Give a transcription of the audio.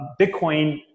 Bitcoin